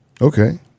Okay